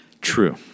true